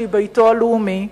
שהיא ביתו הלאומי,